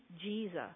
Jesus